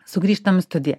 sugrįžtam į studiją